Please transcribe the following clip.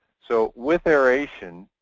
so with aeration,